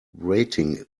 rating